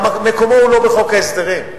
מקומו הוא לא בחוק ההסדרים.